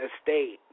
estate